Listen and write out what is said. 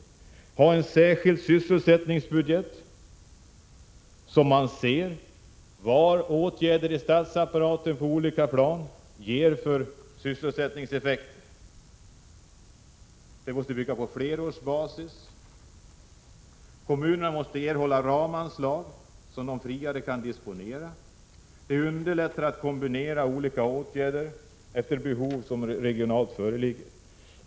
Den måste ha en särskild sysselsättningsbudget, så att man ser vad åtgärder på olika plan i statsapparaten ger i form av sysselsättningseffekter. Den måste bygga på flerårsbasis. Kommunerna måste erhålla ramanslag, som de friare kan disponera. Det underlättar att kombinera olika åtgärder efter behov som föreligger regionalt.